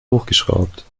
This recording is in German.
hochgeschraubt